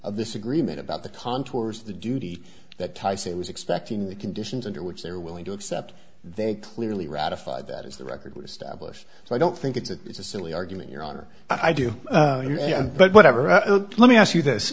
of this agreement about the contours of the duty that tyson was expecting the conditions under which they were willing to accept they clearly ratified that is the record was stablish so i don't think it's a silly argument your honor i do yeah but whatever let me ask you this